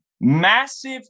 Massive